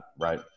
Right